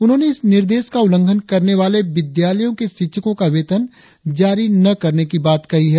उन्होंने इस निर्देश का उल्लंघन करने वाले विद्यालयों के शिक्षकों का वेतन जारी न करने की बात कही है